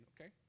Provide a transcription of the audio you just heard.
okay